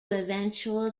eventual